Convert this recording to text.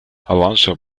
alonso